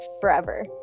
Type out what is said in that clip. forever